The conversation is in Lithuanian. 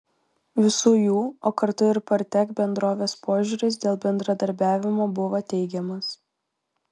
visų jų o kartu ir partek bendrovės požiūris dėl bendradarbiavimo buvo teigiamas